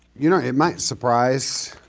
you know it might surprise,